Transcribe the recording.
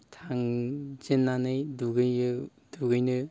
थांजेननानै दुगैयो दुगैनो